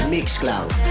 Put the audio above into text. MixCloud